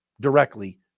directly